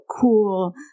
cool